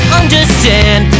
understand